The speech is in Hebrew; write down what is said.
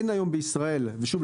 אין היום בישראל ושוב,